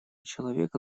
человека